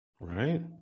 right